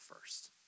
first